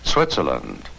Switzerland